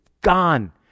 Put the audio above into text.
gone